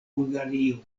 bulgario